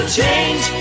change